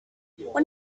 when